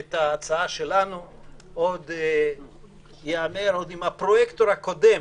את ההצעה עוד עם הפרויקטור הקודם,